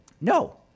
No